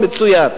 מצוין.